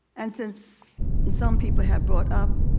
and since some people have brought up,